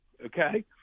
Okay